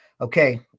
okay